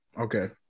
Okay